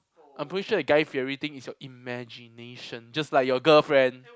I'm pretty sure your guy-fieri thing is your imagination just like your girlfriend